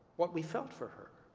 what we felt for her.